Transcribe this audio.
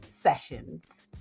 Sessions